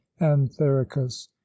anthericus